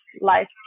life